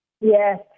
Yes